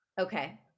Okay